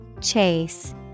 Chase